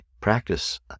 practice